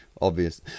obvious